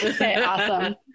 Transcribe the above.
Awesome